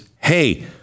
hey